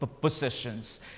positions